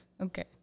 Okay